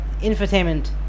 Infotainment